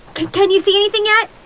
can can you see anything yet?